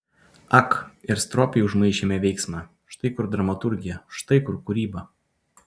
ak ir stropiai užmaišėme veiksmą štai kur dramaturgija štai kur kūryba